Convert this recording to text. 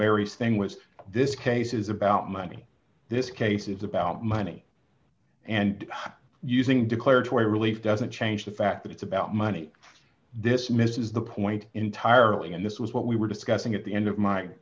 embury thing was this case is about money this case is about money and using declaratory relief doesn't change the fact that it's about money this misses the point entirely and this was what we were discussing at the end